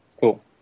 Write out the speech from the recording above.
Cool